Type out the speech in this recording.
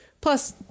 Plus